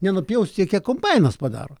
nenupjaus tiek kiek kombainas padaro